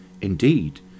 Indeed